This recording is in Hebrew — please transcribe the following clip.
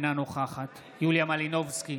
אינה נוכחת יוליה מלינובסקי,